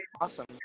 Awesome